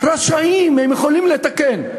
רשאים, הם יכולים לתקן.